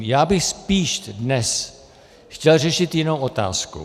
Já bych spíš dnes chtěl řešit jinou otázku.